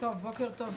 בוקר טוב.